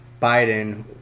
biden